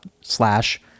slash